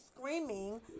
screaming